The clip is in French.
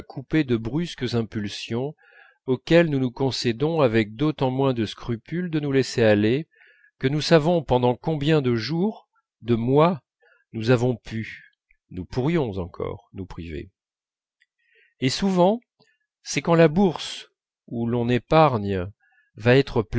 de brusques impulsions auxquelles nous nous concédons avec d'autant moins de scrupules de nous laisser aller que nous savons pendant combien de jours de mois nous avons pu nous pourrions encore nous priver et souvent c'est quand la bourse où l'on épargne va être